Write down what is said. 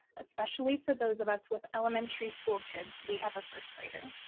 especially for those of us with elementary school kids. we have a first grader.